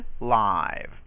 live